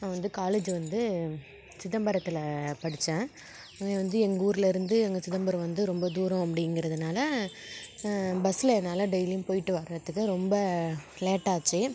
நான் வந்து காலேஜு வந்து சிதம்பரத்தில் படித்தேன் வந்து எங்கூரிலருந்து எங்கள் சிதம்பரம் வந்து ரொம்ப தூரம் அப்படிங்கிறதுனால பஸ்ஸில் என்னால் டெய்லியும் போய்ட்டு வரத்துக்கு ரொம்ப லேட்டாச்சு